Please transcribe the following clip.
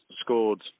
scored